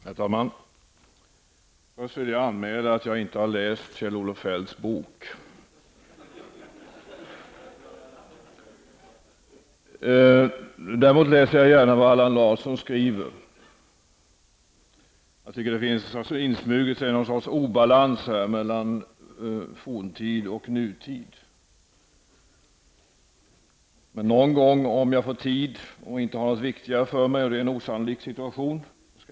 Herr talman! Jag skulle vilja anmäla att jag inte har läst Kjell-Olof Feldts bok. Jag läser däremot gärna vad Allan Larsson skriver. Jag tycker att det har insmugit sig något slags obalans mellan forntid och nutid. Jag skall läsa den om jag får tid någon gång och inte har något viktigare för mig -- det är en osannolik situation.